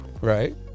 right